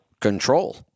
control